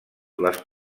les